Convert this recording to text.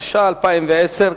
התש"ע 2010,